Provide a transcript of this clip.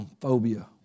phobia